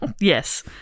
Yes